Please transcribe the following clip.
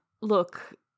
look